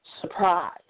surprise